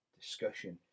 discussion